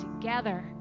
together